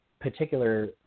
particular